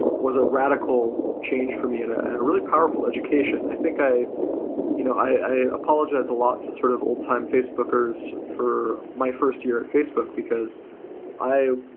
was a radica change for me and a and a really powerful education. i think i you know i apologized a lot to sort of old-time facebookers for my first year at facebook, because i,